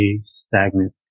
stagnant